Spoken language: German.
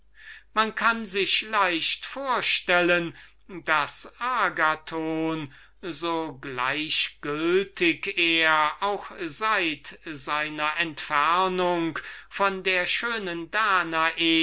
man kann sich leicht vorstellen daß agathon so gleichgültig er auch seit seiner entfernung von der schönen danae